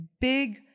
big